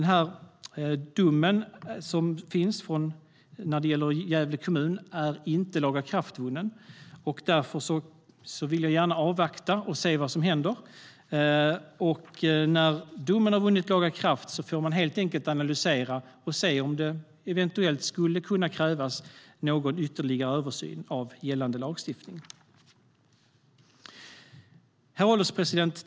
Domen som finns när det gäller Gävle kommun har ännu inte vunnit laga kraft. Därför vill jag gärna avvakta och se vad som händer. När domen har vunnit laga kraft får man helt enkelt analysera den och se om det eventuellt krävs någon ytterligare översyn av gällande lagstiftning. Herr ålderspresident!